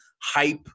hype